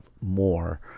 more